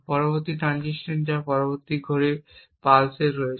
পরবর্তী ট্রানজিশন যা পরবর্তী ঘড়ির পালসে রয়েছে